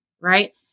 right